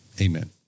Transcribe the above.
amen